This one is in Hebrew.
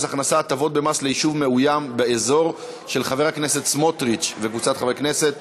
ביטול האפשרות לצוות על עיכוב יציאה מהארץ בגין חוב כספי נמוך),